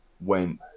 went –